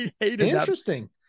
Interesting